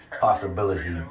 possibility